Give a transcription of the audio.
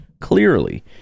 Clearly